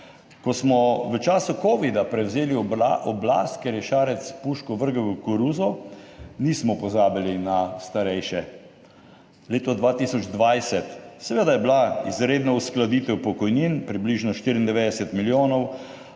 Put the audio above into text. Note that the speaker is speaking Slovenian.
Ko smo v času covida prevzeli oblast, ker je Šarec puško vrgel v koruzo, nismo pozabili na starejše. Leto 2020 – seveda je bila izredna uskladitev pokojnin, približno 94 milijonov,